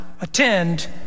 attend